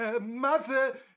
Mother